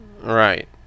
Right